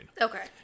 Okay